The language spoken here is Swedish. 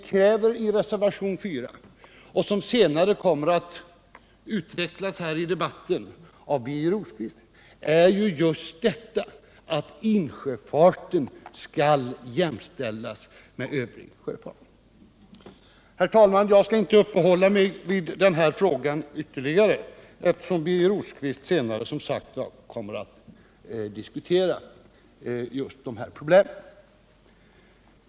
Vad vi kräver i reservationen 4 och som senare kommer att utvecklas här i debatten av Birger Rosq vist är just att insjöfarten skall jämställas med övrig sjöfart. Herr talman! Jag skall inte uppehålla mig vid den här frågan ytterligare, eftersom Birger Rosqvist senare kommer att tala om just dessa problem.